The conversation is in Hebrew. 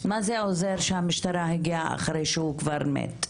מה זה עוזר שהמשטרה הגיעה אחרי שהוא כבר מת?